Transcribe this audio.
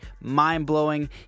mind-blowing